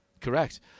Correct